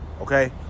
okay